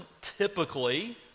typically